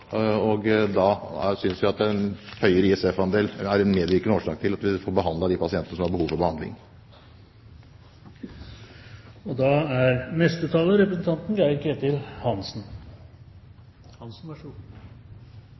Da synes vi at en høyere ISF-andel er en medvirkende årsak til at vi får behandlet de pasientene som har behov for behandling. Representanten Gåsvatn spør hvem vi er